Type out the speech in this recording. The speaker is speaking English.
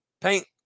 Paint